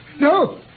No